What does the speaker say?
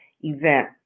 event